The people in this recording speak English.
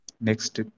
next